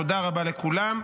תודה רבה לכולם,